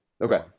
Okay